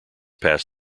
pass